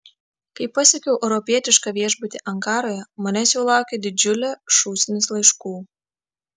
kai pasiekiau europietišką viešbutį ankaroje manęs jau laukė didžiulė šūsnis laiškų